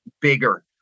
bigger